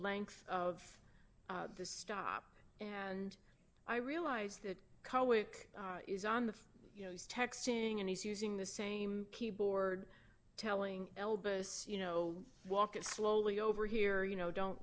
length of this stop and i realize that kohak is on the you know he's texting and he's using the same keyboard telling elba's you know walking slowly over here you know don't